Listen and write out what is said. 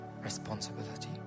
responsibility